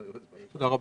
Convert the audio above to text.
תודה.